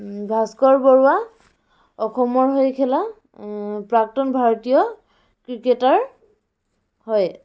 ভাস্কৰ বৰুৱা অসমৰ হৈ খেলা প্ৰাক্তন ভাৰতীয় ক্ৰিকেটাৰ হয়